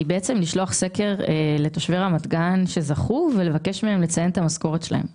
זה לשלוח סקר לתושבי רמת גן שזכו ולבקש מהם לציין את המשכורת שלהם.